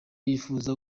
yifuza